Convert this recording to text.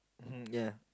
mmhmm ya